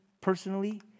personally